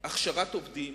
הכשרת עובדים